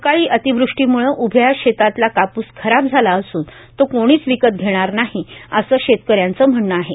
अवकाळी अतिवृष्टीम्ळे उभ्या शेतातला कापूस खराब झाला असून तो कोणीच विकत घेणार नाही असे शेतकऱ्यांचे म्हणणे आहे